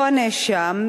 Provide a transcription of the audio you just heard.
אותו הנאשם,